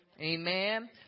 Amen